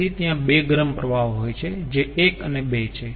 તેથી ત્યાં બે ગરમ પ્રવાહો હોય છે જે 1 અને 2 છે